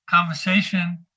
conversation